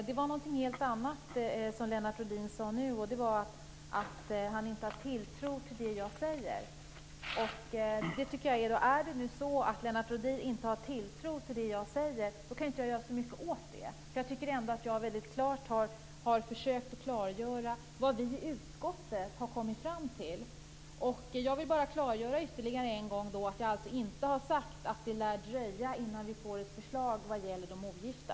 Herr talman! Lennart Rohdin sade något helt annat nu, nämligen att han inte har tilltro till det jag säger. Jag kan inte göra så mycket om Lennart Rohdin inte har tilltro till det jag säger. Jag har försökt att klargöra vad vi i utskottet har kommit fram till. Jag klargör ytterligare en gång att jag inte har sagt att det lär dröja innan vi får ett förslag vad gäller de ogifta.